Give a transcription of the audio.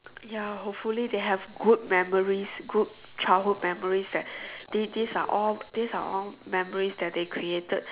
ya hopefully they have good memories good childhood memories that these these are all these are all memories that they created